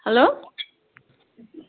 hello